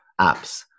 apps